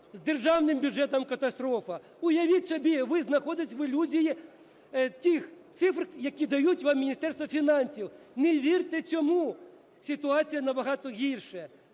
З державним бюджетом – катастрофа. Уявіть собі, ви знаходитесь в ілюзії тих цифр, які дає вам Міністерство фінансів. Не вірте цьому. Ситуація набагато гірша.